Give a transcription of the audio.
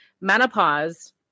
menopause